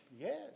yes